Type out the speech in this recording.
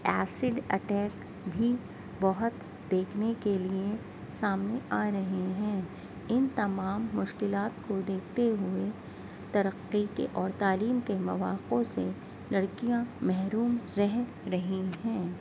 acid attack بھی بہت دیکھنے کے لیے سامنے آ رہے ہیں ان تمام مشکلات کو دیکھتے ہوئے ترقی کے اور تعلیم کے مواقعوں سے لڑکیاں محروم رہ رہی ہیں